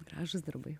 gražūs darbai